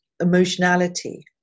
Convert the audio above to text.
emotionality